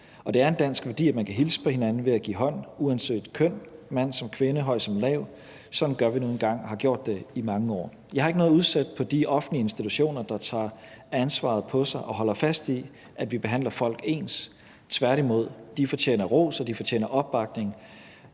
det er en dansk værdi, at man kan hilse på hinanden ved at give hånd uanset køn, mand som kvinde, høj som lav. Sådan gør vi nu engang og har gjort det i mange år. Jeg har ikke noget at udsætte på de offentlige institutioner, der tager ansvaret på sig og holder fast i, at vi behandler folk ens. Tværtimod, de fortjener ros, og de fortjener opbakning,